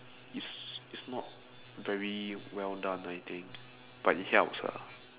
is is not very well done I think but it helps ah